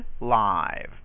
live